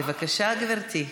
בבקשה, גברתי.